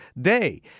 Day